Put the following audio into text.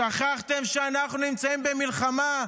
שכחתם שאנחנו נמצאים במלחמה?